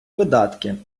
видатки